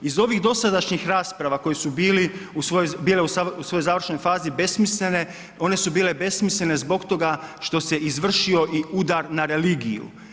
Iz ovih dosadašnjih rasprava koji su bili, bile u svojoj završnoj fazi besmislene one su bile besmislene zbog toga što se izvršio i udar na religiju.